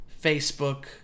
Facebook